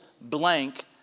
blank